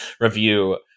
review